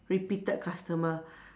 repeated customer